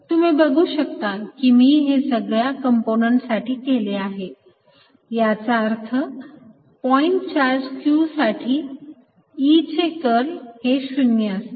तुम्ही बघू शकता कि मी हे सगळ्या कंपोनंट साठी केले आहे याचा अर्थ पॉईंट चार्ज q साठी E चे कर्ल हे 0 असते